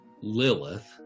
lilith